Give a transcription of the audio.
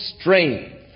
strength